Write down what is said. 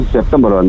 September